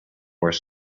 were